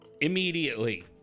Immediately